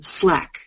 Slack